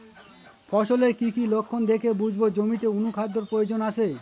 ফসলের কি কি লক্ষণ দেখে বুঝব জমিতে অনুখাদ্যের প্রয়োজন আছে?